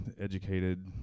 educated